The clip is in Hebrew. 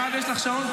מירב, יש לך שעון?